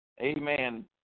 Amen